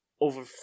over